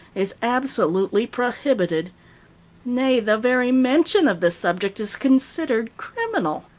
is absolutely prohibited nay, the very mention of the subject is considered criminal.